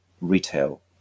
retail